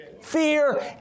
Fear